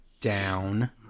down